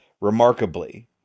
remarkably